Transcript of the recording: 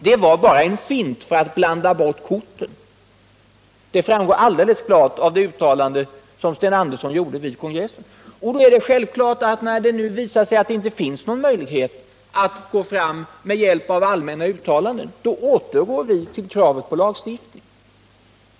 Det var bara en fint för att blanda bort korten — det framgår alldeles klart av det uttalande som Sten Andersson gjorde vid kongressen. Det är självklart att när det visar sig att det inte finns någon möjlighet att gå fram med hjälp av allmänna uttalanden, då återgår vi till kravet på lagstiftning.